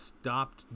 stopped